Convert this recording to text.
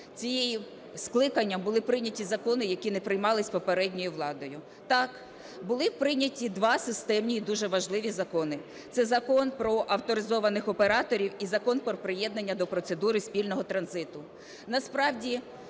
цим скликанням були прийняті закони, які не приймались попередньою владою. Так, були прийняті два системні і дуже важливі закони – це Закон про авторизованих операторів і Закон про приєднання до процедури спільного транзиту.